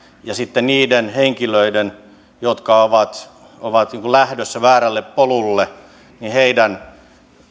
ja sitten niiden henkilöiden jotka ovat ovat lähdössä väärälle polulle